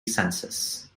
census